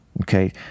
Okay